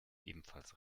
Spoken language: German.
ebenfalls